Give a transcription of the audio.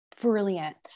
brilliant